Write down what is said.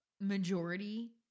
majority